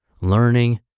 learning